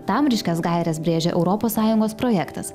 tam ryškias gaires brėžia europos sąjungos projektas